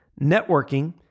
networking